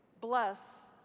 bless